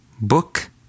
Book